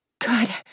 Good